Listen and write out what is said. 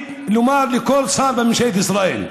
תוכל לעשות, אני רוצה לומר לכל שר בממשלת ישראל,